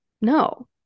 No